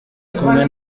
kumwe